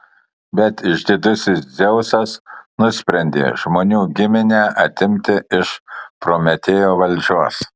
bet išdidusis dzeusas nusprendė žmonių giminę atimti iš prometėjo valdžios